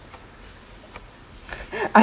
I